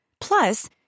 Plus